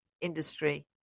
industry